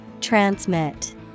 Transmit